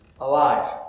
alive